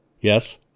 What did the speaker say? yes